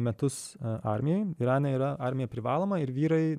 metus armijoj irane yra armija privaloma ir vyrai